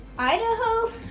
Idaho